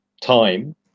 time